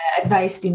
advice